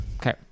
Okay